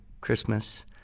Christmas